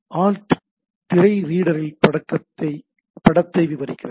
alt திரை ரீடரில் படத்தை விவரிக்கிறது